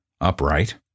upright